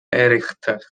errichtet